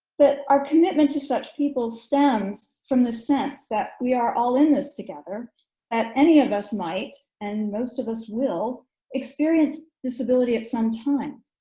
but our commitment to such people stems from the sense that we are all in this together at any of us might, and most of us will experience disability at some time,